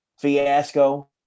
fiasco